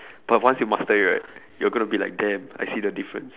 but once you master it right you're going to be like damn I see the difference